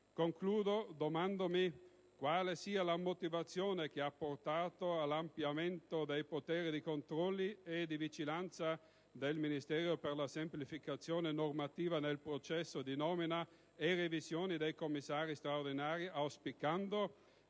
Concludo domandandomi quale sia la motivazione che ha portato all'ampliamento dei poteri di controllo e di vigilanza del Ministero per la semplificazione normativa nel processo di nomina e revisione dei commissari straordinari, auspicando